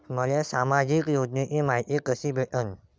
मले सामाजिक योजनेची मायती कशी भेटन?